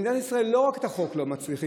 במדינת ישראל לא רק שאת החוק לא מצליחים